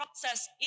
process